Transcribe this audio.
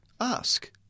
Ask